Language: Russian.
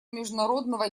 международного